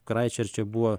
kraisčerče buvo